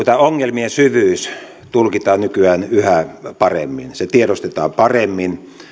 tämä ongelmien syvyys tulkitaan nykyään yhä paremmin se tiedostetaan paremmin